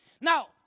Now